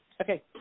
Okay